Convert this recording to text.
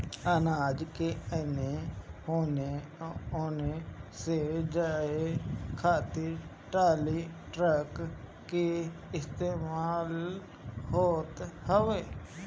अनाज के एने ओने ले जाए खातिर टाली, ट्रक के इस्तेमाल होत हवे